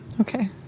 Okay